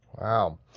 wow